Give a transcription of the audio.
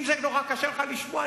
אם זה נורא קשה לך לשמוע,